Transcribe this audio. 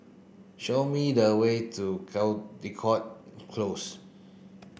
show me the way to Caldecott Close